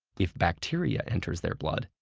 if bacteria enters their blood,